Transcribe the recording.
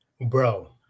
bro